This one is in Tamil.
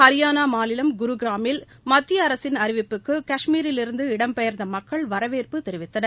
ஹரியானா மாநிலம் குருகிராமில் மத்திய அரசின் அறிவிப்புக்கு காஷ்மீரிலிருந்து இடம் பெயர்ந்த மக்கள் வரவேற்பு தெரிவித்தனர்